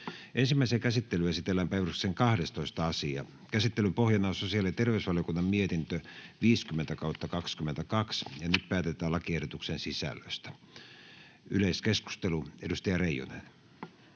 Ensimmäiseen käsittelyyn esitellään päiväjärjestyksen 5. asia. Käsittelyn pohjana on sosiaali- ja terveysvaliokunnan mietintö StVM 53/2022 vp. Nyt päätetään lakiehdotusten sisällöstä. — Mennään yleiskeskusteluun, ja valiokunnan